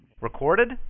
Recorded